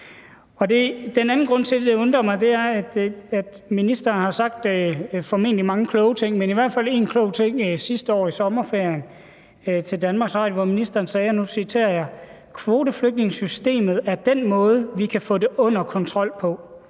er en anden grund til, at jeg undrer mig, for ministeren har sagt – formentlig mange kloge ting – i hvert fald en klog ting sidste år i sommerferien til Danmarks Radio, hvor ministeren sagde, og nu citerer jeg: »Kvoteflygtningesystemet er den måde, vi kan få det under kontrol på.